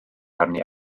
arni